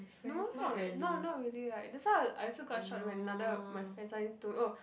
no right not not really right that's why I I also quite shock when neither my friends are into oh